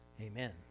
Amen